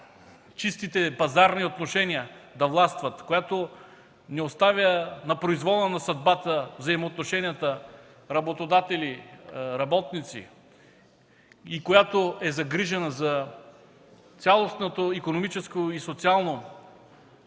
чистите пазарни отношения, която не оставя на произвола на съдбата взаимоотношенията работодатели-работници и която е загрижена за цялостното икономическо и социално